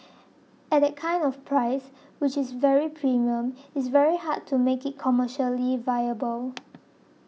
at that kind of price which is very premium it's very hard to make it commercially viable